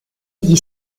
gli